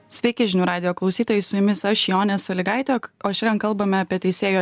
sveiki žinių radijo klausytojai su jumis aš jonė sąlygaitė o šiandien kalbame apie teisėjo